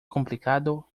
complicado